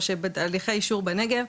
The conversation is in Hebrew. או שבתהליכי אישור בנגב,